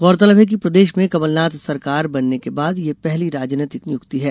गौरतलब है कि प्रदेश में कमलनाथ सरकार बनने के बाद यह पहली राजनैतिक नियुक्ति है